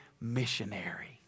missionary